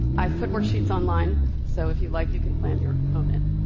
i've put worksheets online, so if you'd like, you can plan your own end.